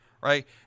right